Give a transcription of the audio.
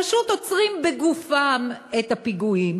פשוט עוצרים בגופם את הפיגועים.